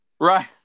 Right